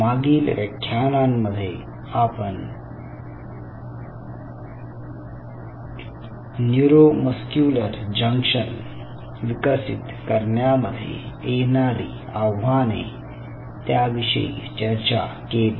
मागील व्याख्यानांमध्ये आपण न्यूरोमस्क्युलर जंक्शन विकसित करण्यामध्ये येणारी आव्हाने त्याविषयी चर्चा केली